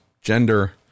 gender